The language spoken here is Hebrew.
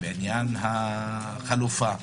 בעניין החלופה,